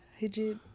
Hijab